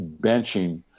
benching